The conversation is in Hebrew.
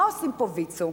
מה עושים פה ויצו?